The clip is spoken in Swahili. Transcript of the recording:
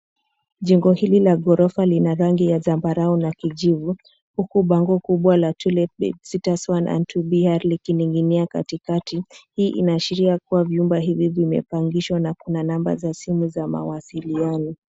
Jengo hili la ghorofa lina rangi ya zambarau na kijivu, huku bango kubwa la to let bedsitters,1 and 2 B/R likining'inia katikati .Hii inaashiria kuwa vyumba hivi vimepangishwa na kuna namba za simu za mawasiliano.